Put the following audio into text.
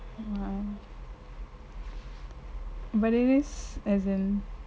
but it is as in